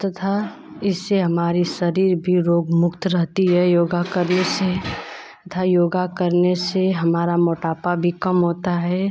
तथा इससे हमारी शरीर भी रोगमुक्त रहती है योग करने से तथा योग करने से हमारा मोटापा भी कम होता है